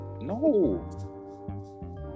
No